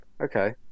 Okay